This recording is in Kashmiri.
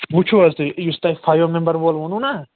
وُچھُو حظ تُہۍ یُس تۄہہِ فایِو مٮ۪مبر وول ووٚنوٕ نا